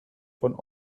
von